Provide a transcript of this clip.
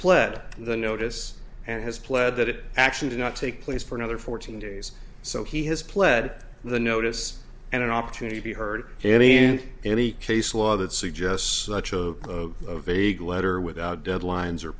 pled the notice and has pled that it actually did not take place for another fourteen days so he has pled the notice and an opportunity to be heard any and any case law that suggests much of a vague letter without deadlines or